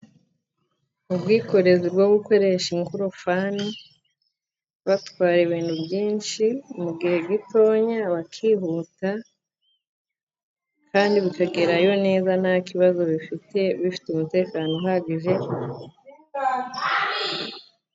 Ubwikorezi bwo gukoresha ingorofani, batwara ibintu byinshi mu gihe gitoya bakihuta. Kandi bikagerayo neza nta kibazo bifite, bifite umutekano uhagije.